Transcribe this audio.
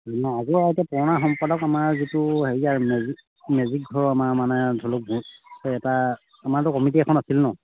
আগৰ এতিয়া পুৰণা সম্পাদক আমাৰ যিটো হেৰিয়াৰ মেজ মেজি ঘৰৰ আমাৰ মানে ধৰি লওক ভোজ এটা আমাৰতো কমিটি এখন আছিল নহ্